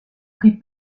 pris